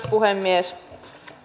puhemies